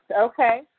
okay